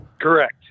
Correct